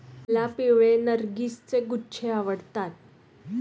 मला पिवळे नर्गिसचे गुच्छे आवडतात